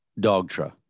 Dogtra